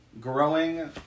growing